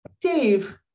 Dave